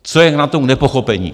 Co je na tom k nepochopení.